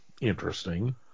interesting